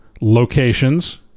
Locations